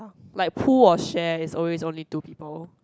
like pool or share is always only two people